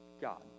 God